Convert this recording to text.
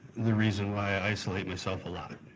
the reason why i isolate myself a lot.